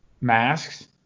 masks